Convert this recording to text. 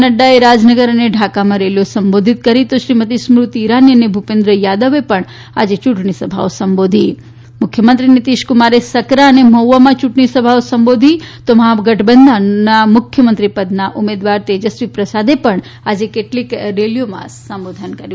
નક્રાએ રાજનગર અને ઢાકામાં રેલીઓ સંબોધિત કરી તો શ્રીમતી સ્મૃતિ ઇરાની અને ભૂપેન્દ્ર યાદવે પણ યૂંટણીસભાઓ સંબોધી છે મુખ્યમંત્રી નીતીશકુમારે સકરા અને મહુઆમાં યૂંટણીસભા સંબોધી છે મહાગઠબંધનના મુખ્યમંત્રીપદના ઉમેદવાર તેજસ્વીપ્રસાદ પણ આજે કેટલીક રેલીઓમાં સંબોધન કર્યું